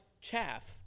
chaff